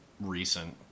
recent